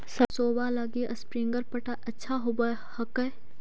सरसोबा लगी स्प्रिंगर पटाय अच्छा होबै हकैय?